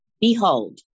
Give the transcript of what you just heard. Behold